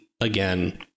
again